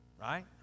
right